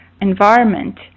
environment